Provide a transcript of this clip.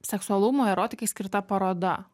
seksualumui erotikai skirta paroda